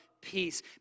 Peace